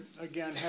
again